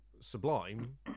sublime